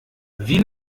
wie